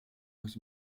has